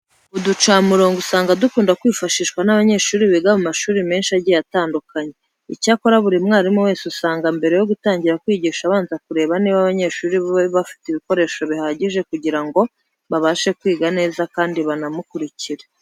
Uducamurongo usanga dukunda kwifashishwa n'abanyeshuri biga mu mashuri menshi agiye atandukanye. Icyakora buri mwarimu wese usanga mbere yo gutangira kwigisha abanza kureba niba abanyeshuri be bafite ibikoresho bihagije kugira ngo babashe kwiga neza kandi banamukurikire.